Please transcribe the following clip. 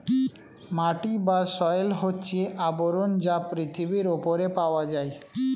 মাটি বা সয়েল হচ্ছে আবরণ যা পৃথিবীর উপরে পাওয়া যায়